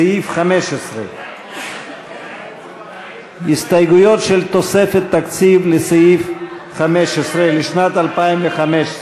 סעיף 15. הסתייגויות של תוספת תקציב לסעיף 15 לשנת 2015,